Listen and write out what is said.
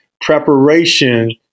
Preparation